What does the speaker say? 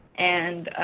and